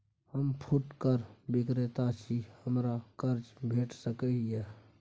हम फुटकर विक्रेता छी, हमरा कर्ज भेट सकै ये?